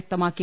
വ്യക്തമാക്കി